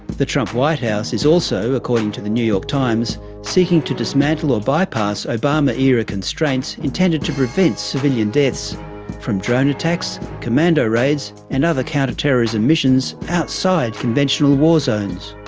the trump white house is also, according to the new york times, seeking to dismantle or bypass obama-era constraints intended to prevent civilian deaths from drone attacks, commando raids and other counterterrorism missions outside conventional war zones'.